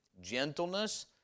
gentleness